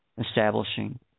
establishing